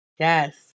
Yes